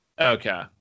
Okay